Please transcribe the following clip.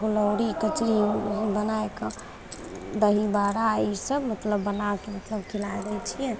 फुलौड़ी कचरी बनैके दहीबाड़ा ईसब मतलब बनैके ईसब खिला दै छिए